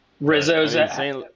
Rizzo's